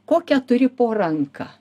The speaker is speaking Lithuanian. kokią turi po ranka